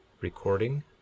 Recording